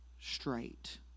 straight